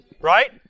Right